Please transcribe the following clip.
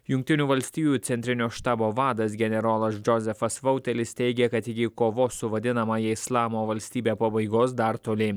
jungtinių valstijų centrinio štabo vadas generolas džozefas vautelis teigė kad iki kovos su vadinamąja islamo valstybė pabaigos dar toli